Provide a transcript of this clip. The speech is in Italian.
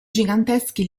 giganteschi